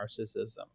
narcissism